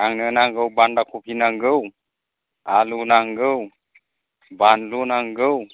आंनो नांगौ बान्दा कपि नांगौ आलु नांगौ बानलु नांगौ